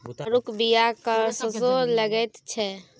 आड़ूक बीया कस्सो लगैत छै